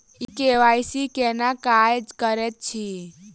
ई KYC केना काज करैत अछि?